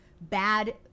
bad